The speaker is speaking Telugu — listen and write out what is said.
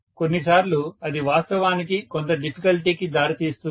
కొన్నిసార్లు అది వాస్తవానికి కొంత డిఫికల్టీకి దారితీస్తుంది